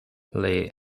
les